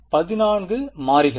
14 மாறிகள்